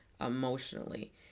emotionally